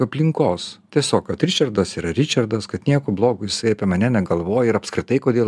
aplinkos tiesiog kad ričardas yra ričardas kad nieko blogo jisai apie mane negalvoji ir apskritai kodėl